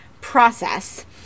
process